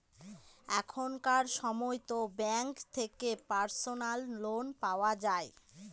এখনকার সময়তো ব্যাঙ্ক থেকে পার্সোনাল লোন পাওয়া যায়